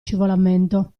scivolamento